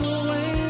away